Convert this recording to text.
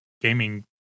gaming